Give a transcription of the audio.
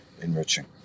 enriching